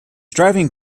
driving